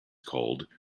called